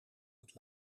het